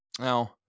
Now